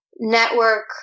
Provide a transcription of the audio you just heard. network